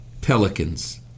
Pelicans